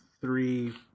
three